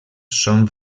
són